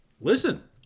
Listen